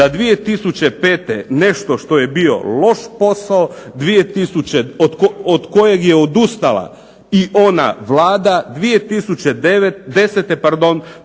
da 2005. nešto što je bio loš posao, od kojeg odustala i ona Vlada 2010.